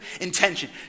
intention